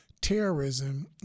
terrorism